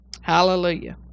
Hallelujah